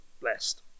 blessed